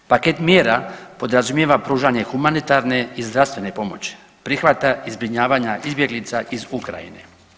Paket mjera podrazumijeva pružanje humanitarne i zdravstvene pomoći, prihvata i zbrinjavanja izbjeglica iz Ukrajine.